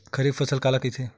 खरीफ फसल काला कहिथे?